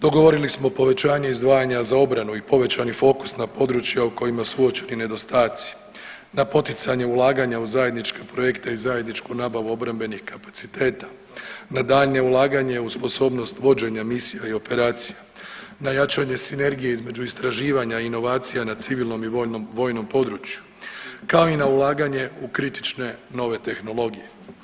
Dogovorili smo povećanje izdvajanja za obranu i povećani fokus na područja u kojima su uočeni nedostaci, na poticanje ulaganja u zajedničke projekte i zajedničku nabavu obrambenih kapaciteta, na daljnje ulaganje u sposobnost vođenja misija i operacija, na jačanje sinergije između istraživanja i inovacija na civilnom i vojnom području, kao i na ulaganje u kritične nove tehnologije.